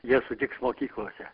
jie sutiks mokyklose